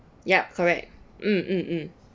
yup correct mm mm mm